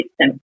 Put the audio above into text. system